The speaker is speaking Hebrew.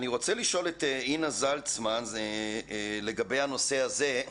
אני רוצה לשאול את אינה זלצמן לגבי הנושא הזה.